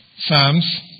Psalms